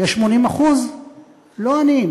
יש 80% לא עניים.